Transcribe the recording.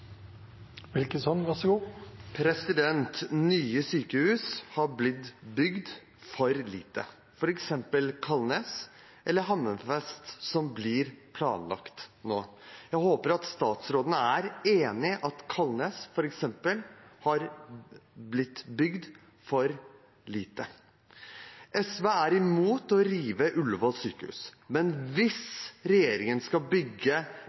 Nye sykehus blir bygd for små, f.eks. Kalnes eller Hammerfest, som blir planlagt nå. Jeg håper at statsråden er enig i at f.eks. Kalnes har blitt bygd for lite. SV er imot å rive Ullevål sykehus, men hvis regjeringen skal bygge